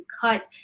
cut